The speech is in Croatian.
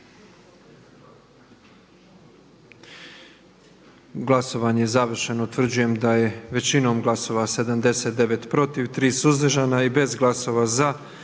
Glasovanje je završeno. Utvrđujem da smo većinom glasova 122 glasova za, 1 suzdržana i bez glasova